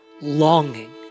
longing